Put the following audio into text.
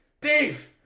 Dave